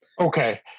Okay